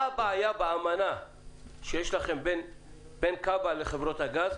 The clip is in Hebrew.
הבעיה באמנה שיש לכם בין כב"א לחברות הגז,